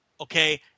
Okay